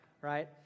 Right